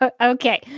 Okay